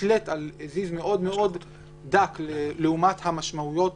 נתלית על זיז מאוד מאוד דק לעומת המשמעויות